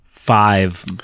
Five